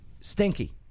stinky